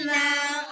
now